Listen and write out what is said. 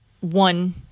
one